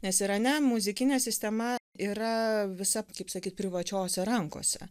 nes irane muzikinė sistema yra visa kaip sakyt privačiose rankose